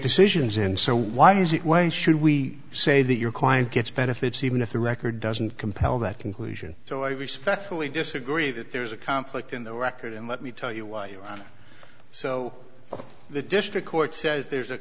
decisions in so why is it why should we say that your client gets benefits even if the record doesn't compel that conclusion so i respectfully disagree that there is a conflict in the record and let me tell you why you so the district court says there's a